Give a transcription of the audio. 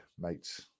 mates